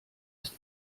ist